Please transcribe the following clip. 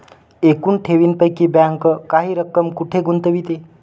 एकूण ठेवींपैकी बँक काही रक्कम कुठे गुंतविते?